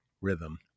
rhythm